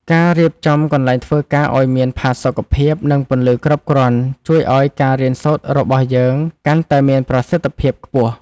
ការរៀបចំកន្លែងធ្វើការឱ្យមានផាសុកភាពនិងពន្លឺគ្រប់គ្រាន់ជួយឱ្យការរៀនសូត្ររបស់យើងកាន់តែមានប្រសិទ្ធភាពខ្ពស់។